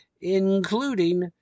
including